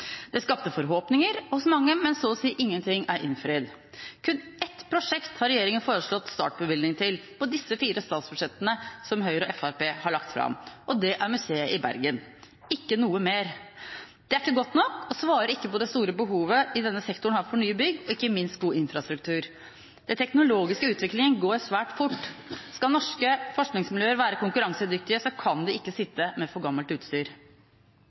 Det skapte forhåpninger hos mange, men så å si ingenting er innfridd. Kun ett prosjekt har regjeringa foreslått startbevilgning til på de fire statsbudsjettene som Høyre og Fremskrittspartiet har lagt fram, og det er museet i Bergen – ikke noe mer. Det er ikke godt nok og svarer ikke på det store behovet denne sektoren har for nye bygg og ikke minst god infrastruktur. Den teknologiske utviklingen går svært fort. Skal norske forskningsmiljøer være konkurransedyktige, kan de ikke sitte med for gammelt utstyr.